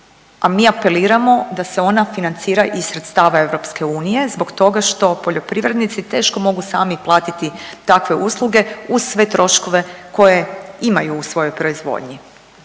ona apeliramo da se ona financira iz sredstva EU zbog toga što poljoprivrednici teško mogu sami platiti takve usluge uz sve troškove koje imaju u svojoj proizvodnji.